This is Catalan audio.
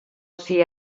sia